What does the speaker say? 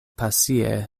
pasie